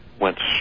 went